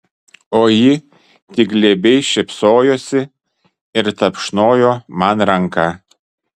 o ji tik glebiai šypsojosi ir tapšnojo man ranką